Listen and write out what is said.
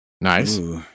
Nice